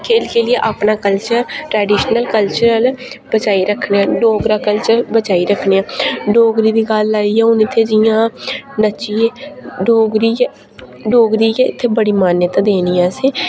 खेढी खेढियै अपना कल्चर ट्रडिशनल कल्चर बचाई रक्खने आं डोगरा कल्चर बचाई रक्खने आं डोगरी दी गल्ल आई ऐ हून इत्थै जि'यां नच्चियै डोगरी डोगरी गी गै इत्थै बड़ी मानता देनी ऐ असें क्योंकि